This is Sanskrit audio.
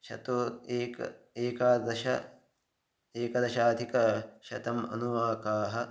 शतम् एकं एकादश एकदशाधिकशतम् अनुवाकाः